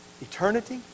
Eternity